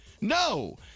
No